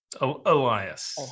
Elias